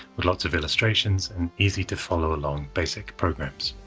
with lots of illustrations and easy to follow along basic programs.